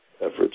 efforts